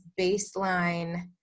baseline